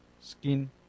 skin